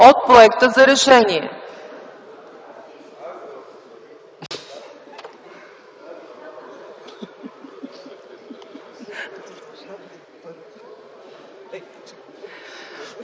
от проекта за решение.